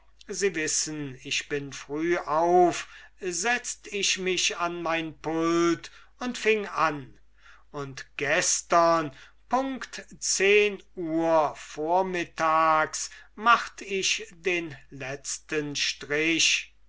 sie wissen ich bin früh setzt ich mich an mein pult und fing an und gestern punkt zehn uhr vormittags macht ich den letzten strich